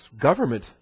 government